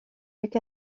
luc